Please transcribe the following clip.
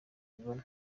abibona